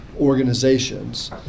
organizations